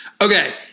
Okay